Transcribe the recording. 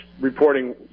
reporting